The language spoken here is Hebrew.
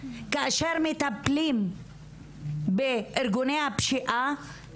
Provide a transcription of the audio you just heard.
כאשר מטפלים בארגוני הפשיעה,